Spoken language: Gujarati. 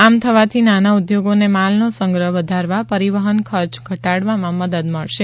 આમ થવાથી નાના ઉદ્યોગોને માલનો સંગ્રહ વધારવા પરીવહન ખર્ચ ઘટાડવામાં મદદ મળશે